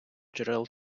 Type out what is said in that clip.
джерел